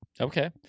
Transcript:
Okay